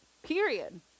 period